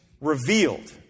revealed